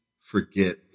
forget